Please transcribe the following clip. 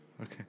Okay